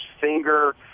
finger